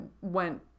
went